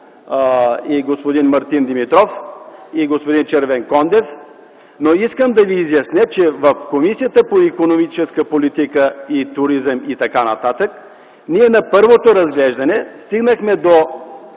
господин Мартин Димитров и господин Червенкондев, но искам да ви изясня, че в Комисията по икономическата политика, енергетика и туризъм на първото разглеждане стигнахме до